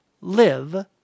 live